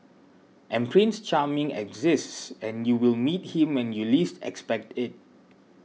and Prince Charming exists and you will meet him when you least expect it